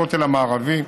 הכותל המערבי.